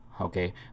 Okay